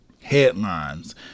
headlines